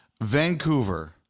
Vancouver